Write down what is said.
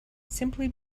simply